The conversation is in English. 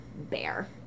bear